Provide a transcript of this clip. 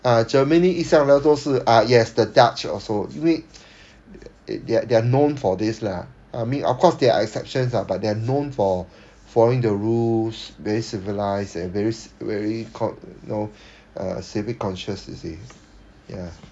ah germany 一向来都是 ah yes the dutch also 因为 they're they're known for this lah I mean of course there are exceptions ah but they are known for following the rules very civilised and very very called know uh civic conscious you see ya